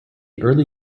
early